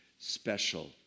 special